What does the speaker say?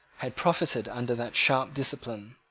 had profited under that sharp discipline.